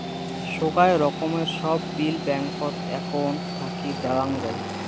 সোগায় রকমের সব বিল ব্যাঙ্কত একউন্ট থাকি দেওয়াং যাই